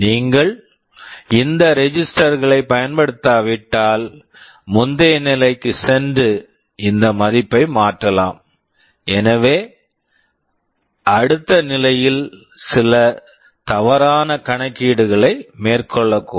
நீங்கள் இந்த registers registers களைப் பயன்படுத்தாவிட்டால் முந்தைய நிலைக்கு சென்று இந்த மதிப்பை மாற்றலாம் எனவே அடுத்த நிலையில் சில தவறான கணக்கீடுகளை மேற்கொள்ளக்கூடும்